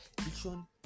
vision